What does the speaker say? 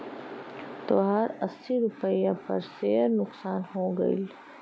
तोहार अस्सी रुपैया पर सेअर नुकसान हो गइल